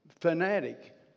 fanatic